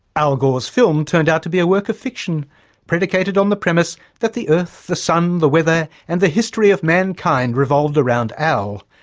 al gore's film turned out to be a work of fiction predicated on the premise that the earth, the sun, the weather and the history of mankind revolved around al.